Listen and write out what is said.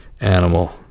animal